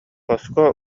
хоско